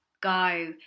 Go